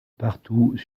partout